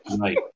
Right